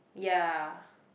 ya